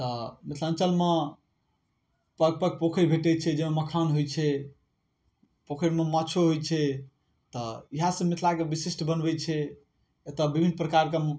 तऽ मिथिलाञ्चलमे पग पग पोखैर भेटै छै जैमे मखान होइ छै पोखैरमे माछो होइ छै तऽ इएह सब मिथिलाक विशिष्ट बनबै छै एतौ विभिन्न प्रकारके